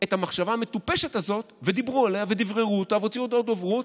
את המחשבה המטופשת הזאת ודיברו עליה ודבררו אותה והוציאו הודעות דוברות